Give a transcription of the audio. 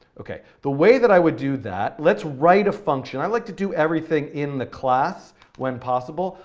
okay, the way that i would do that, let's write a function, i like to do everything in the class when possible.